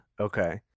Okay